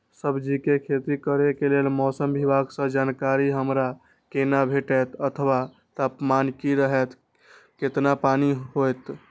सब्जीके खेती करे के लेल मौसम विभाग सँ जानकारी हमरा केना भेटैत अथवा तापमान की रहैत केतना पानी होयत?